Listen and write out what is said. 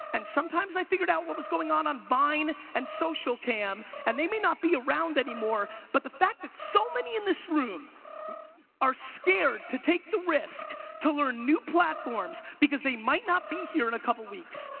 and sometimes i figured out what was going on on vine, and socialcam, and they may not be around anymore, but the fact that so many in this room are scared to take the risk to learn new platforms, because they might not be here in a couple of weeks,